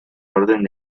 orden